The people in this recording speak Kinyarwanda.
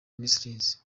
ministries